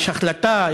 יש החלטה,